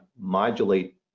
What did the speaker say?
modulate